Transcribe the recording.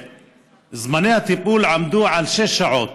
זמני הטיפול עמדו על שש שעות,